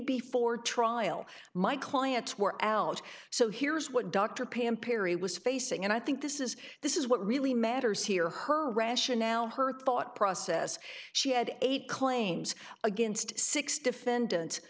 before trial my clients were out so here's what dr pam parry was facing and i think this is this is what really matters here her rationale her thought process she had eight claims against six defendant